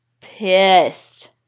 pissed